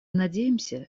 надеемся